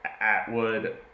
Atwood